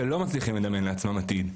ולא מצליחים לדמיין לעצמם עתיד,